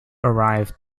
arrived